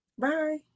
Bye